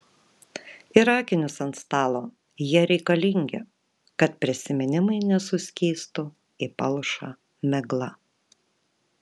ir akinius ant stalo jie reikalingi kad prisiminimai nesuskystų į palšą miglą